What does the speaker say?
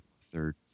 third